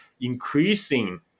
increasing